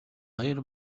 баяр